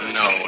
no